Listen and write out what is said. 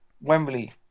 Wembley